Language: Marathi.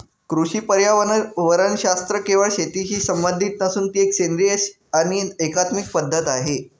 कृषी पर्यावरणशास्त्र केवळ शेतीशी संबंधित नसून ती एक सेंद्रिय आणि एकात्मिक पद्धत आहे